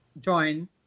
join